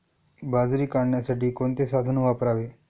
बाजरी काढण्यासाठी कोणते साधन वापरावे?